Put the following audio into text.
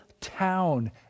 town